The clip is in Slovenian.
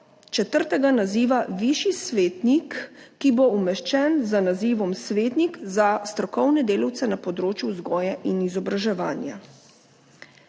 četrtega naziva višji svetnik, ki bo umeščen z nazivom svetnik za strokovne delavce na področju vzgoje in izobraževanja.